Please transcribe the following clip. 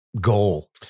goal